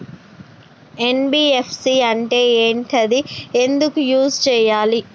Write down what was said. NBFC అంటే ఏంటిది ఎందుకు యూజ్ చేయాలి?